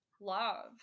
love